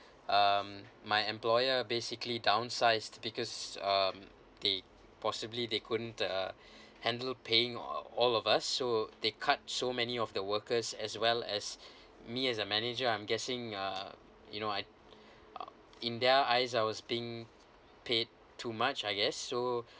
um my employer basically downsized because um they possibly they couldn't uh handle paying all of us so they cut so many of the workers as well as me as a manager I'm guessing uh you know I uh in their eyes I was being paid too much I guess so